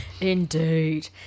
Indeed